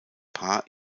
paar